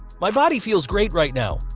my body feels great right now.